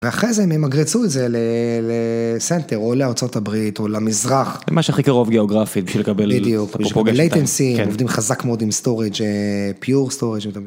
אחרי זה הם ימגרצו את זה לסנטר או לארצות הברית או למזרח מה שהכי קרוב גיאוגרפית בשביל לקבל את הפרופגשן, לייטנסי, עובדים חזק מאוד עם סטורג' פיור סטורג'.